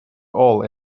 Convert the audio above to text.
all